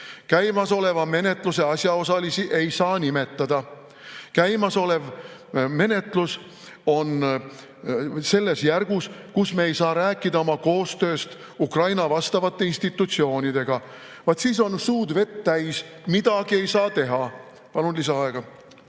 käimasoleva menetluse asjaosalisi ei saa nimetada, käimasolev menetlus on selles järgus, kus me ei saa rääkida oma koostööst Ukraina vastavate institutsioonidega. Vaat siis on suud vett täis, midagi ei saa teha. Palun lisaaega!